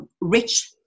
rich